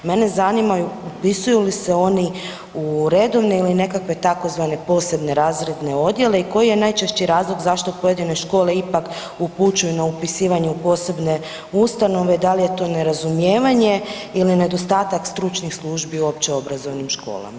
Mene zanima upisuju li se oni u redovne ili nekakve takozvane posebne razredne odjele i koji je najčešći razlog zašto pojedine škole ipak upućuju na upisivanje u posebne ustanove, da li je to nerazumijevanje ili nedostatak stručnih službi u općeobrazovnim školama?